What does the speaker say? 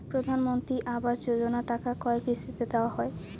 প্রধানমন্ত্রী আবাস যোজনার টাকা কয় কিস্তিতে দেওয়া হয়?